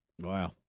Wow